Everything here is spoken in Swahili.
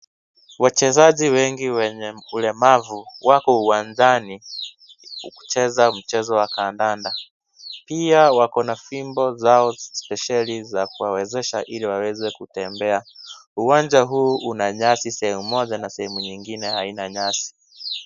Wachezaji wengi wenye ulemavu wako uwanjani kucheza mchezo wa kandanda pia wako na fimbo zao speseli za kuwawezesha ili waweze kutembea. Uwanja huu una nyasi sehemu moja na sehemu nyingine haina nyasi.